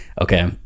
Okay